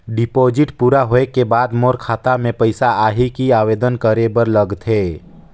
Deposit पूरा होय के बाद मोर खाता मे पइसा आही कि आवेदन करे बर लगथे?